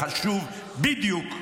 חשוב בדיוק,